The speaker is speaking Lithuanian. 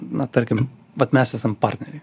na tarkim vat mes esam partneriai